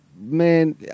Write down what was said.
Man